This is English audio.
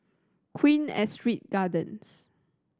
Queen Astrid Gardens